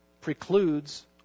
precludes